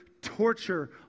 Torture